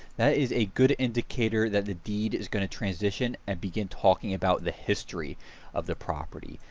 that is a good indicator that the deed is going to transition and begin talking about the history of the property.